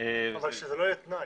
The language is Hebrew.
אבל שזה לא יהיה תנאי.